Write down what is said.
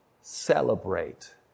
celebrate